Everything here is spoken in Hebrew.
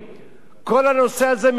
כל הנושא הזה מכוון,